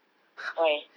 why